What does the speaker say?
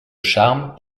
charmes